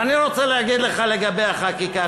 ואני רוצה להגיד לך לגבי החקיקה.